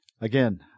again